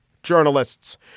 journalists